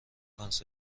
سکانس